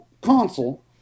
console